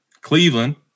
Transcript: Cleveland